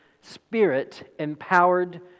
Spirit-empowered